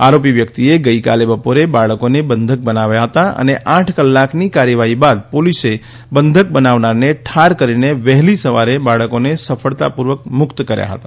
આરોપી વ્યક્તિએ ગઈકાલે બપોરે બાળકોને બંધક બનાવ્યા હતા અને આઠ કલાકની કાર્યવાહી બાદ પોલીસે બંધક બનાવનારને ઠાર કરીને વહેલી સવારે બાળકોને સફળતાપૂર્વક મુક્ત કર્યા હતા